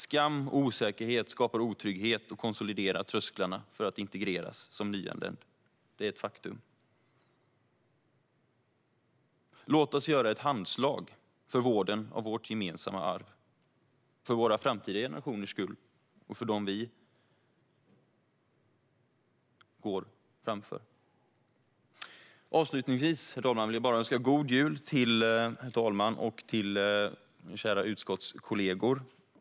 Skam och osäkerhet skapar otrygghet och konsoliderar trösklarna för att integreras som nyanländ. Det är ett faktum. Låt oss göra ett handslag för vården av vårt gemensamma arv för våra framtida generationers skull och för dem vi går framför. Herr talman! Jag önskar god jul till herr talmannen och till mina kära utskottskollegor.